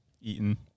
eaten